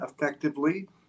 effectively